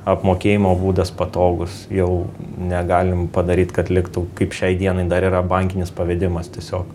apmokėjimo būdas patogus jau negalim padaryt kad liktų kaip šiai dienai dar yra bankinis pavedimas tiesiog